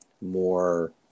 more